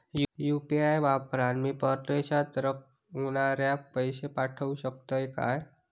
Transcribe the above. UPI वापरान मी परदेशाक रव्हनाऱ्याक पैशे पाठवु शकतय काय?